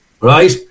right